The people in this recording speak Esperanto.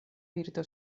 virto